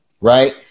Right